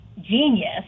genius